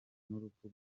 n’urupfu